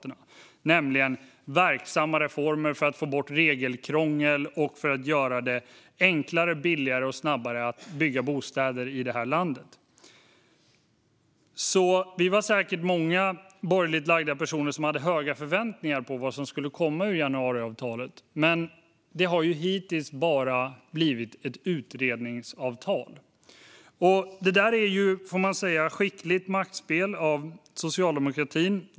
Det handlar om verksamma reformer för att få bort regelkrångel och göra det enklare, billigare och snabbare att bygga bostäder i detta land. Vi var säkert många borgerligt lagda personer som hade höga förväntningar på vad som skulle komma ur januariavtalet. Men hittills har det bara blivit ett utredningsavtal. Man får säga att det där är ett skickligt maktspel av Socialdemokraterna.